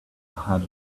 had